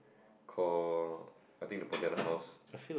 call I think the Pontianak house